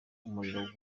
umuriro